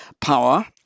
power